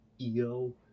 Eo